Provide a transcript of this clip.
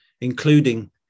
including